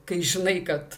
kai žinai kad